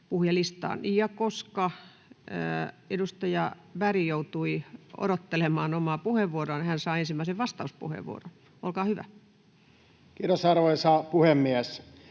puhujalistaan. — Ja koska edustaja Berg joutui odottelemaan omaa puheenvuoroaan, hän saa ensimmäisen vastauspuheenvuoron. Olkaa hyvä. [Speech